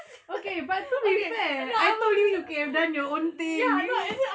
okay no ya I know as in